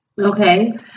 Okay